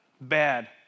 bad